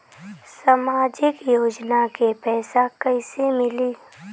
सामाजिक योजना के पैसा कइसे मिली?